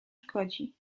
szkodzi